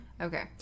Okay